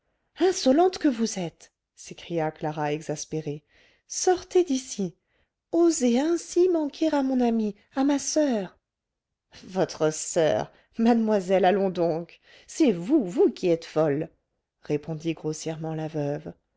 insolente que vous êtes s'écria clara exaspérée sortez d'ici oser ainsi manquer à mon amie à ma soeur votre soeur mademoiselle allons donc c'est vous vous qui êtes folle répondit grossièrement la veuve